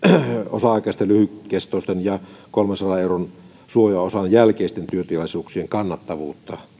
aikaisten lyhytkestoisten ja kolmensadan euron suojaosan jälkeisten työtilaisuuksien kannattavuutta